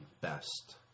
best